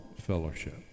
fellowship